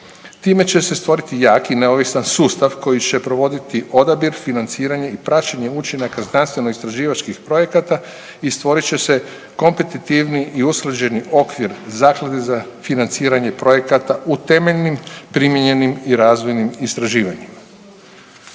Time će se stvoriti jak i neovisan sustav koji će provoditi odabir, financiranje i praćenje učinaka znanstveno istraživačkih projekata i stvorit će se kompetitivni i usklađeni okvir zaklade za financiranje projekata u temeljnim, primijenjenim i razvojnim istraživanjima.